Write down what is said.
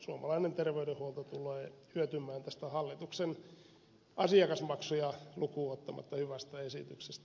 suomalainen terveydenhuolto tulee hyötymään tästä hallituksen asiakasmaksuja lukuun ottamatta hyvästä esityksestä